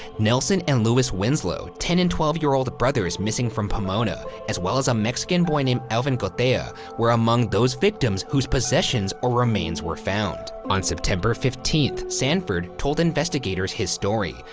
nelson and lewis winslow, ten and twelve year old brothers missing from pomona, as well as a mexican boy named alvin gothea were among those victims who's possessions or remains were found. on september fifteenth, sanford told investigators his story.